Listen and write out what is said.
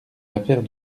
affaires